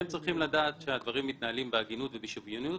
הם צריכים לדעת שהדברים מתנהלים בהגינות ובשוויוניות.